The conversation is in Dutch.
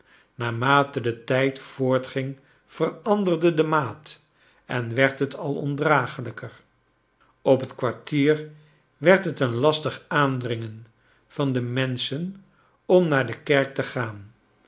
naarmate de tijd voortging veranderde de maat en werd het al ondragelijker op het k war tier werd het een las tig aandringen van de mensehen om naar de kerk te gaan